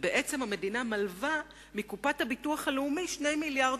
ובעצם המדינה לווה מקופת הביטוח הלאומי 2 מיליארדי